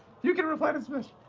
you can reply to so this